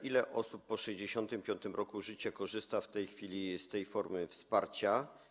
Ile osób po 65. roku życia korzysta w tej chwili z tej formy wsparcia?